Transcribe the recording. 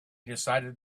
decided